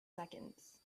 seconds